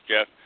Jeff